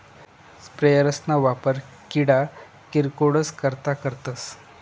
sprayers ना वापर किडा किरकोडस करता करतस